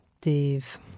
Dave